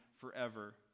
forever